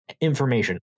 information